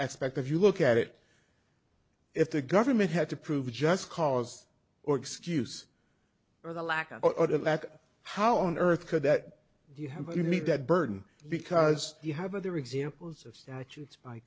aspect if you look at it if the government had to prove just cause or excuse or the lack of a lack of how on earth could that do you have you meet that burden because you have other examples of statutes by